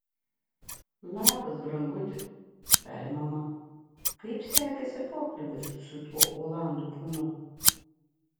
labas branguti tarė mama kaip sekėsi pokalbis su tuo olandų ponu